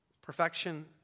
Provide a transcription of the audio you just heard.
Perfection